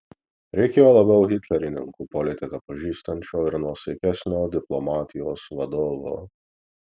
reikėjo labiau hitlerininkų politiką pažįstančio ir nuosaikesnio diplomatijos vadovo